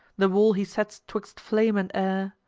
the wall he sets twixt flame and air,